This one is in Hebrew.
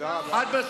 תודה רבה.